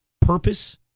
purpose